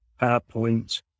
PowerPoint